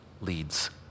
leads